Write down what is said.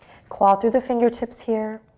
claw through the fingertips here.